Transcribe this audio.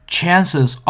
Chances